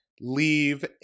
leave